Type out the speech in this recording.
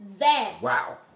Wow